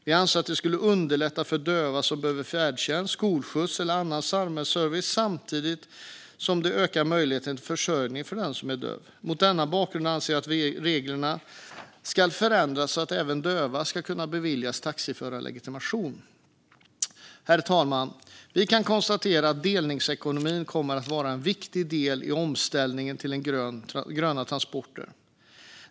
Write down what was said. Vi anser att detta skulle underlätta för döva som behöver färdtjänst, skolskjuts och annan samhällsservice samtidigt som det ökar möjligheten till försörjning för den som är döv. Mot denna bakgrund anser vi att reglerna ska förändras så att även döva ska kunna beviljas taxiförarlegitimation. Herr talman! Vi kan konstatera att delningsekonomin kommer att vara en viktig del i omställningen till gröna transporter.